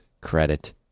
credit